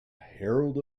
herald